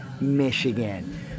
Michigan